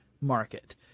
market